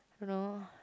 don't know